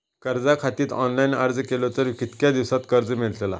कर्जा खातीत ऑनलाईन अर्ज केलो तर कितक्या दिवसात कर्ज मेलतला?